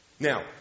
Now